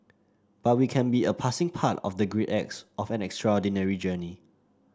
but we can be a passing part of the great acts of an extraordinary journey